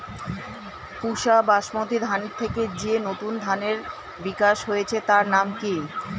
পুসা বাসমতি ধানের থেকে যে নতুন ধানের বিকাশ হয়েছে তার নাম কি?